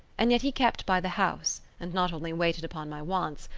and yet he kept by the house, and not only waited upon my wants,